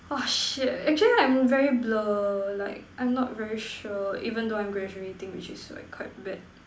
ah shit actually I'm very blur like I'm not very sure even though I'm graduating which is like quite bad